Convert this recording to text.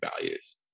values